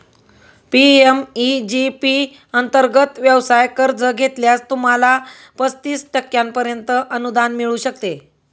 PMEG P अंतर्गत व्यवसाय कर्ज घेतल्यास, तुम्हाला पस्तीस टक्क्यांपर्यंत अनुदान मिळू शकते